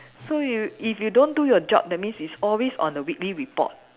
so you if you don't do your job that means it's always on a weekly report